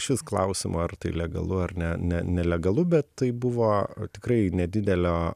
iš vis klausimo ar tai legalu ar ne ne nelegalu bet tai buvo tikrai nedidelio